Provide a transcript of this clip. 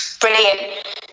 Brilliant